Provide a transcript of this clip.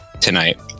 tonight